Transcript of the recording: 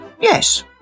yes